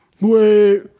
wait